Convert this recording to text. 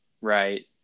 right